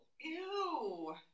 Ew